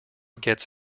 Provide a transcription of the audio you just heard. gets